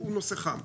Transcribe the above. נוסחה.